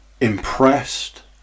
impressed